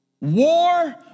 War